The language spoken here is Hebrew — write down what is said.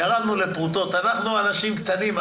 אנחנו אנשים קטנים.